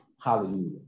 Hallelujah